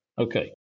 Okay